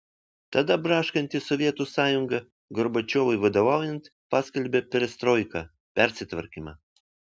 tada braškanti sovietų sąjunga gorbačiovui vadovaujant paskelbė perestroiką persitvarkymą